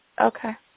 Okay